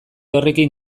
horrekin